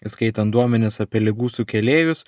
įskaitant duomenis apie ligų sukėlėjus